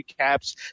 recaps